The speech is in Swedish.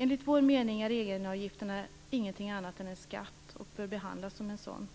Enligt vår mening är egenavgifterna ingenting annat än en skatt, och de bör behandlas som en sådan.